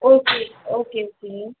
okay okay okay